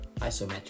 isometric